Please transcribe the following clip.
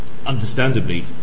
understandably